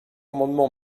amendement